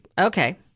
Okay